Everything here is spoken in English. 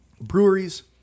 breweries